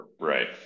right